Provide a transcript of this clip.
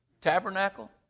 tabernacle